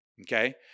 Okay